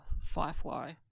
Firefly